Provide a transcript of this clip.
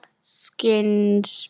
skinned